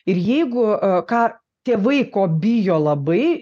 ir jeigu ką tėvai ko bijo labai